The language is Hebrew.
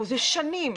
וזה שנים,